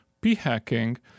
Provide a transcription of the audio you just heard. P-hacking